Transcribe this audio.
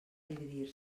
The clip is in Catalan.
dividir